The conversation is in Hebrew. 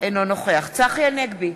אינו נוכח צחי הנגבי,